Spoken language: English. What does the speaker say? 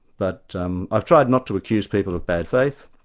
but um i've tried not to accuse people of bad faith,